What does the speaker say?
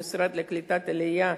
המשרד לקליטת העלייה,